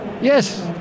Yes